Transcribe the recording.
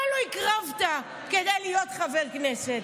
מה לא הקרבת כדי להיות חבר כנסת?